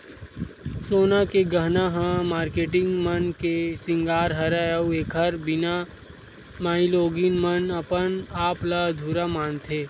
सोना के गहना ह मारकेटिंग मन के सिंगार हरय अउ एखर बिना माइलोगिन मन अपन आप ल अधुरा मानथे